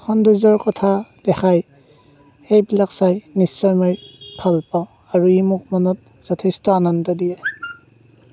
সৌন্দৰ্য্যৰ কথা দেখায় সেইবিলাক চাই নিশ্চয় মই ভাল পাওঁ আৰু ই মোক মনত যথেষ্ট আনন্দ দিয়ে